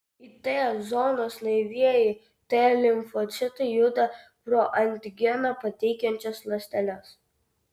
į t zonas naivieji t limfocitai juda pro antigeną pateikiančias ląsteles